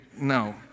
No